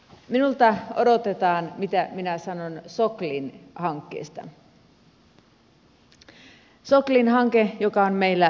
minulta odotetaan mitä minä sanon soklin hankkeesta soklin hankkeesta joka on meillä savukoskella